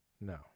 No